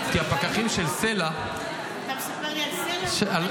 כי הפקחים של סל"ע --- אתה מספר לי על סל"ע?